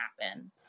happen